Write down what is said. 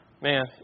man